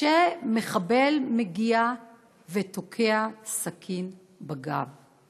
שבהם מחבל מגיע ותוקע סכין בגב.